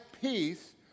peace